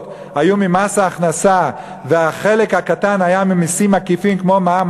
היו ממס ההכנסה והחלק הקטן היה ממסים עקיפים כמו מע"מ,